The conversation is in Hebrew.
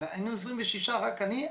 היינו 26 רק אני,